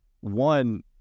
one-